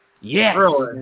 Yes